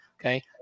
Okay